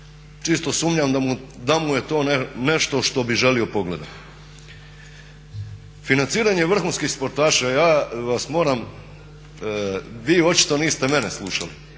čisto sumnjam da mu je to nešto što bi želio pogledati. Financiranje vrhunskih sportaša, ja vas moram, vi očito niste mene slušali,